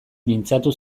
mintzatu